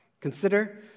Consider